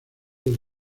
del